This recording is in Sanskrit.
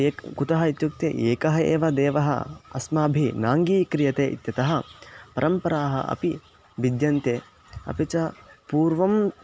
एकः कुतः इत्युक्ते एकः एव देवः अस्माभिः नाङ्गीक्रियते इत्यतः परम्पराः अपि भिद्यन्ते अपि च पूर्वं